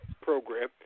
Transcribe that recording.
program